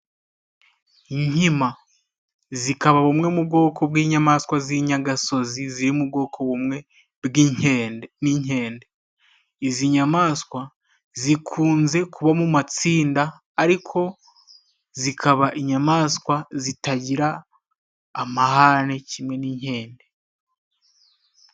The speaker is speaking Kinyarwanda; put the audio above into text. Inkima zikaba bumwe mu bwoko bw'inyamaswa z'inyagasozi ziri mu bwoko bumwe n'inkende. Izi nyamaswa zikunze kuba mu matsinda ariko zikaba inyamaswa zitagira amahane kimwe n'inkende.